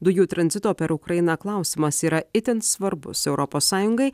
dujų tranzito per ukrainą klausimas yra itin svarbus europos sąjungai